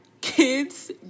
kids